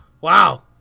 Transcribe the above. Wow